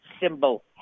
Symbol